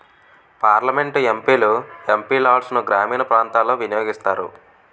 parliament MP లు MP లాడ్సును గ్రామీణ ప్రాంతాలలో వినియోగిస్తారు